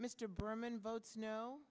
mr berman votes no